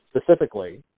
specifically